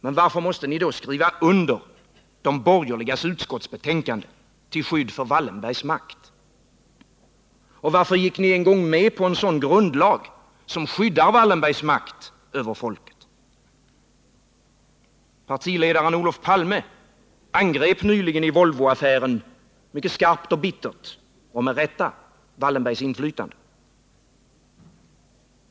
Men varför måste ni då skriva under de borgerligas utskottsbetänkande till skydd för Wallenbergs makt? Och varför gick ni en gång med på en sådan grundlag som skyddar Wallenbergs makt över folket? Partiledaren Olof Palme angrep nyligen i Volvoaffären mycket skarpt och bittert — och med rätta — Wallenbergs inflytande.